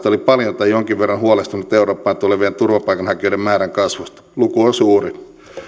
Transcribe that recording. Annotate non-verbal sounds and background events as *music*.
*unintelligible* oli paljon tai jonkin verran huolestunut eurooppaan tulevien turvapaikanhakijoiden määrän kasvusta luku on suuri